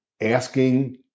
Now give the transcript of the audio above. asking